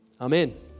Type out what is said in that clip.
Amen